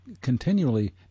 continually